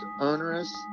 onerous